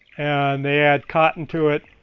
and they add cotton to it,